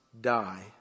die